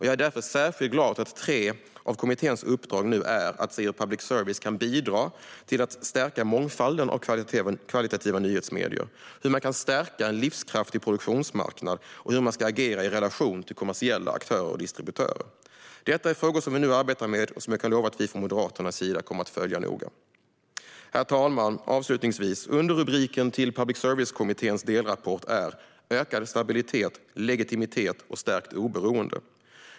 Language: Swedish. Jag är därför särskilt glad över att tre av kommitténs uppdrag nu är att se hur public service kan bidra till att stärka mångfalden av högkvalitativa nyhetsmedier, hur man kan stärka en livskraftig produktionsmarknad och hur man ska agera i relation till kommersiella aktörer och distributörer. Detta är frågor vi nu arbetar med och som jag kan lova att vi från Moderaternas sida kommer att följa noga. Herr talman! Underrubriken till Public service-kommitténs delrapport är "För ökad stabilitet, legitimitet och stärkt oberoende".